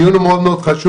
הדיון הוא מאוד חשוב.